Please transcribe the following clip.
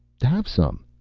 have some.